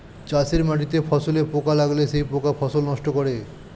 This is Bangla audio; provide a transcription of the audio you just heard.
চাষের মাটিতে ফসলে পোকা লাগলে সেই পোকা ফসল নষ্ট করে